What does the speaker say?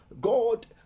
God